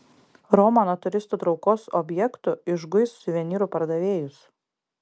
roma nuo turistų traukos objektų išguis suvenyrų pardavėjus